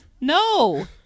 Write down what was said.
No